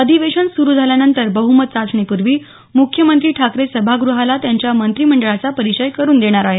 अधिवेशन सुरू झाल्यानंतर बहुमत चाचणीपूर्वी मुख्यमंत्री ठाकरे सभाग्रहाला त्यांच्या मंत्रीमंडळाचा परिचय करून देणार आहे